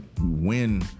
win